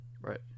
right